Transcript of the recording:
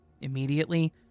Immediately